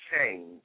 change